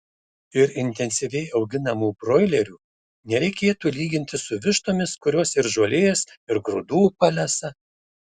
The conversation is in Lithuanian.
ir intensyviai auginamų broilerių nereikėtų lyginti su vištomis kurios ir žolės ir grūdų palesa